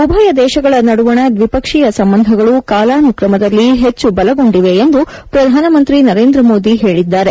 ಉಭಯ ದೇಶಗಳ ನಡುವಣ ದ್ವಿಪಕ್ಷೀಯ ಸಂಬಂಧಗಳು ಕಾಲಾನುಕ್ರಮದಲ್ಲಿ ಹೆಚ್ಚು ಬಲಗೊಂಡಿವೆ ಎಂದು ಪ್ರಧಾನಮಂತ್ರಿ ನರೇಂದ್ರಮೋದಿ ಹೇಳಿದ್ದಾರೆ